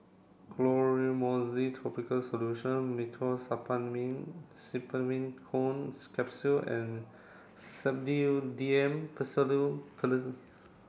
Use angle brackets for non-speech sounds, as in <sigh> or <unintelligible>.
Clotrimozole topical solution Meteospasmyl Simeticone Capsules and Sedilix D M <unintelligible>